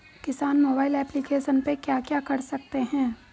किसान mobile application पे क्या क्या कर सकते हैं?